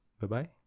Bye-bye